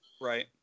right